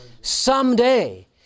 someday